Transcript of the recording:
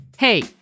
Hey